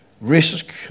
risk